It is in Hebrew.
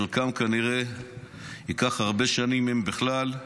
את חלקם כנראה ייקח הרבה שנים אם בכלל,